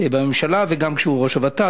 בממשלה וגם כשהוא היה ראש הוות"ת.